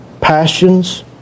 passions